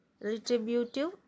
Retributive